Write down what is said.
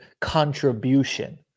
contribution